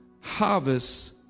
harvest